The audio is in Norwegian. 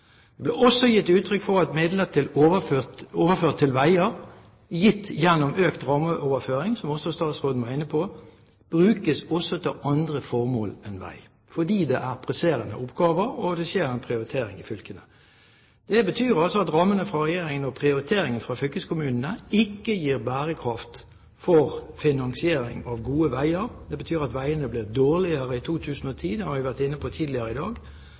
ble også gitt uttrykk for at midlene overført til veier, gitt gjennom økt rammeoverføring – som også statsråden var inne på – brukes også til andre formål enn vei, fordi det er presserende oppgaver, og det skjer en prioritering i fylkene. Det betyr altså at rammene fra Regjeringen og prioriteringen fra fylkeskommunene ikke gir bærekraft for finansiering av gode veier. Det betyr at veiene blir dårligere i 2010, det har vi vært inne på tidligere i dag.